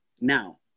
Now